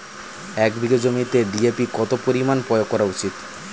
এক বিঘে জমিতে ডি.এ.পি কত পরিমাণ প্রয়োগ করা উচিৎ?